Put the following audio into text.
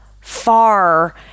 far